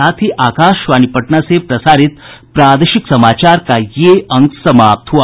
इसके साथ ही आकाशवाणी पटना से प्रसारित प्रादेशिक समाचार का ये अंक समाप्त हुआ